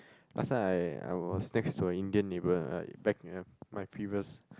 last time I I was next to a Indian neighbour uh like back in my previous